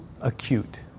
acute